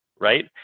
right